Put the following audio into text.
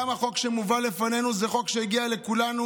גם החוק שמובא לפנינו הוא חוק שהגיע לכולנו,